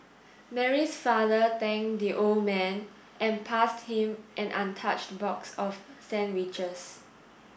Mary's father thanked the old man and passed him an untouched box of sandwiches